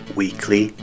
weekly